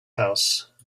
house